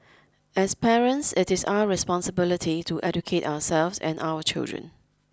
as parents it is our responsibility to educate ourselves and our children